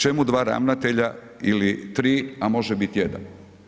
Čemu dva ravnatelja ili tri a može biti jedan?